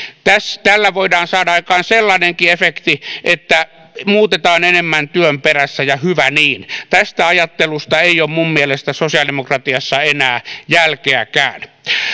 tällä voidaan saada aikaan sellainenkin efekti että muutetaan enemmän työn perässä ja hyvä niin tästä ajattelusta ei ole minun mielestäni sosiaalidemokratiassa enää jälkeäkään